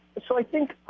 so, i think